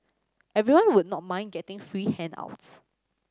everyone would not mind getting free handouts